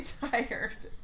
tired